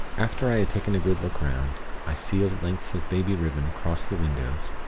after i had taken a good look round, i sealed lengths of baby ribbon across the windows,